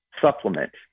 supplement